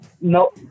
no